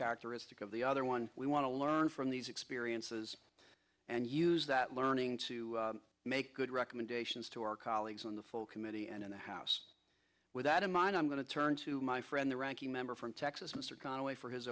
characteristic of the other one we want to learn from these experiences and use that learning to make good recommendations to our colleagues on the full committee and in the house with that in mind i'm going to turn to my friend the ranking member from texas mr conway for his